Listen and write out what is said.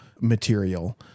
material